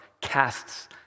casts